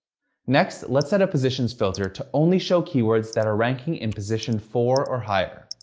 next, let's set a positions filter to only show keywords that are ranking in position four or higher.